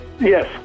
Yes